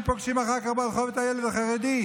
פוגשים אחר כך ברחוב את הילד החרדי,